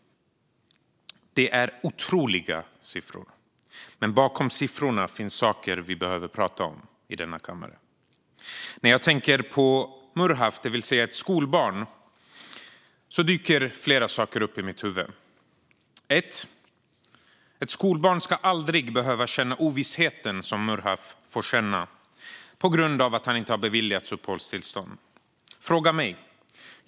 Det är otroliga siffror. Men bakom siffrorna finns saker vi behöver prata om. När jag tänker på Murhaf, det vill säga ett skolbarn, dyker flera saker upp i mitt huvud. För det första: Ett skolbarn ska aldrig behöva känna ovissheten som Murhaf får känna på grund av att han inte har beviljats uppehållstillstånd. Fråga mig!